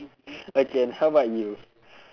okay how about you